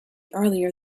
earlier